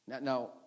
Now